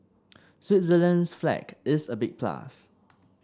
Switzerland's flag is a big plus